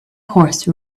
horse